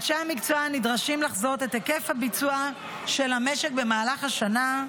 אנשי המקצוע נדרשים לחזות את היקף הביצוע של המשק במהלך השנה,